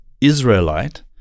Israelite